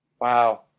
Wow